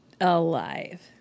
Alive